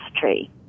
tree